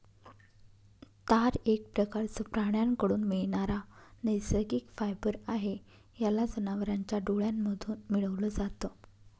तार एक प्रकारचं प्राण्यांकडून मिळणारा नैसर्गिक फायबर आहे, याला जनावरांच्या डोळ्यांमधून मिळवल जात